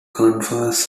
confers